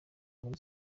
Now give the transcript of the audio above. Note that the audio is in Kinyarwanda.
muri